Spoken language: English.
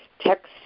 text